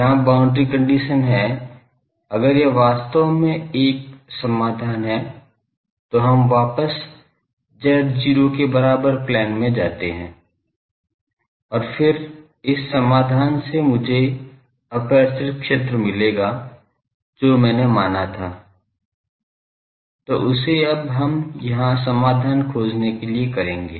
यहां boundary condition है अगर यह वास्तव में एक समाधान है तो हम वापस z 0 के बराबर प्लेन में जाते है और फिर इस समाधान से मुझे एपर्चर क्षेत्र मिलेगा जो मैंने माना था तो उसे अब हम यहां समाधान खोजने के लिए करेंगे